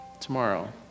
tomorrow